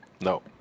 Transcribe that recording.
No